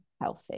healthy